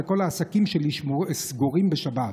וכל העסקים שלי סגורים בשבת.